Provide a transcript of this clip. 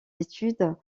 études